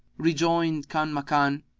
re joined kanmakan,